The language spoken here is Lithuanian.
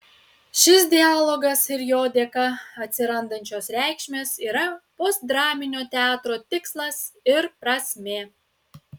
šis dialogas ir jo dėka atsirandančios reikšmės yra postdraminio teatro tikslas ir prasmė